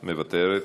מוותרת,